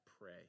pray